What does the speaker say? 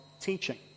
teaching